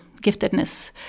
giftedness